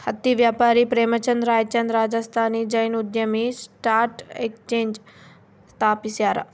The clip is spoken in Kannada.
ಹತ್ತಿ ವ್ಯಾಪಾರಿ ಪ್ರೇಮಚಂದ್ ರಾಯ್ಚಂದ್ ರಾಜಸ್ಥಾನಿ ಜೈನ್ ಉದ್ಯಮಿ ಸ್ಟಾಕ್ ಎಕ್ಸ್ಚೇಂಜ್ ಸ್ಥಾಪಿಸ್ಯಾರ